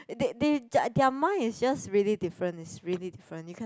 they they their mind is just really different is really different you can't